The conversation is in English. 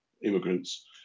immigrants